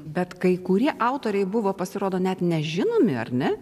bet kai kurie autoriai buvo pasirodo net nežinomi ar ne